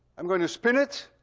i'm going to spin it